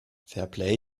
fairplay